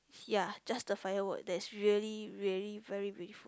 ya just the firework that's really really very beautiful